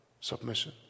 submission